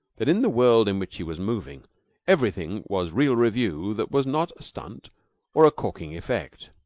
that in the world in which he was moving everything was real revue that was not a stunt or a corking effect.